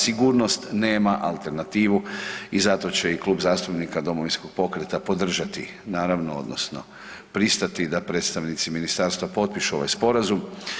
Sigurnost nema alternativu i zato će i Klub zastupnika Domovinskog pokreta podržati naravno, odnosno pristati da predstavnici ministarstva potpišu ovaj sporazum.